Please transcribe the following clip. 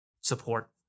support